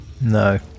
No